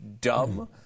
dumb